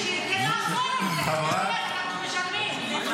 שאלה שלישית זה נכון, אנחנו משלמים.